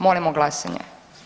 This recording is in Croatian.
Molimo glasanje.